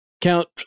Count